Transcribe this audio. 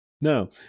No